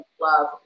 love